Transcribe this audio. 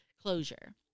closure